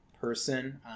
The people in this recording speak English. person